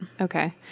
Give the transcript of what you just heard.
Okay